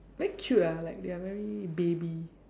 very cute ah like they are very baby